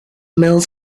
mills